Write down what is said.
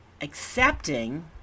accepting